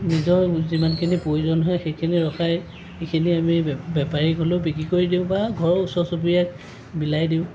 নিজৰ যিমানখিনি প্ৰয়োজন হয় সেইখিনি ৰখাই ইখিনি আমি বে বেপাৰীক হ'লেও বিক্ৰী কৰি দিওঁ বা ঘৰৰ ওচৰ চুবুৰীয়াক বিলাই দিওঁ